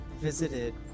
visited